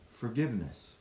forgiveness